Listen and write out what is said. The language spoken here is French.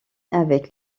avec